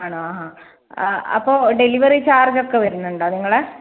ആണോ ആ അപ്പോൾ ഡെലിവറി ചാർജ്ജ് ഒക്കെ വരുന്നുണ്ടോ നിങ്ങളുടെ